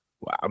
Wow